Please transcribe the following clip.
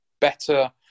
better